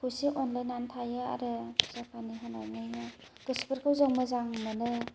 खौसे अनलायनानै थायो आरो फुजा फानि होनानैनो गोसोफोरखौ जों मोजां मोनो